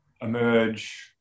emerge